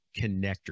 connector